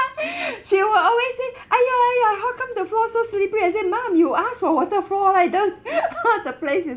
she will always say !aiya! !aiya! how come the floor so slippery I say mum you asked for waterfall I don't of course the place is